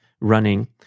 running